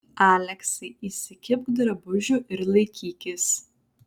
aleksai įsikibk drabužių ir laikykis